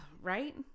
Right